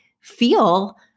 feel